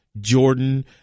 Jordan